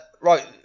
right